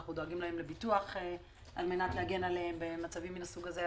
אנחנו דואגים להם לביטוח על מנת להגן עליהם במצבים מן הסוג הזה.